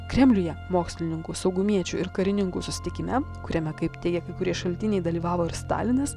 kremliuje mokslininkų saugumiečių ir karininkų susitikime kuriame kaip teigia kai kurie šaltiniai dalyvavo ir stalinas